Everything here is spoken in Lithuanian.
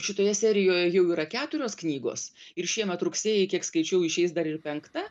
šitoje serijoj jau yra keturios knygos ir šiemet rugsėjį kiek skaičiau išeis dar ir penkta